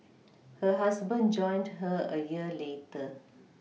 her husband joined her a year later